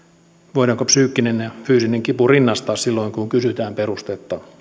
voidaanko psyykkinen ja fyysinen kipu rinnastaa silloin kun kysytään perustetta